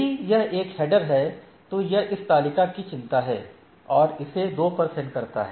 यदि यह एक हेडर है तो यह इस तालिका की चिंता करता है और इसे 2 पर सेंड करता है